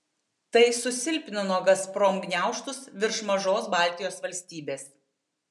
tai susilpnino gazprom gniaužtus virš mažos baltijos valstybės